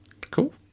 Cool